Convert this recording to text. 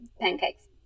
pancakes